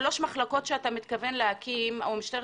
שלושת המחלקות שאתם מתכוונים להקים במשטרת